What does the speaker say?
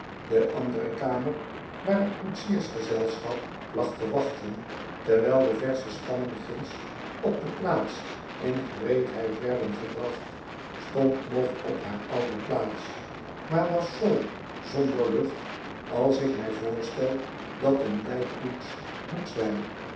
de andere kamer waar t koetsiersgezelschap placht te wachten terwijl de versche spannen ginds op de plaats in gereedheid werden gebracht stond nog op haar oude plaats maar was zoo zonder lucht als ik mij voorstel dat een lijkkoets moet zijn